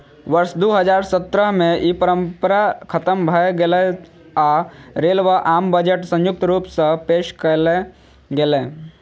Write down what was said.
वर्ष दू हजार सत्रह मे ई परंपरा खतम भए गेलै आ रेल व आम बजट संयुक्त रूप सं पेश कैल गेलै